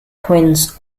twins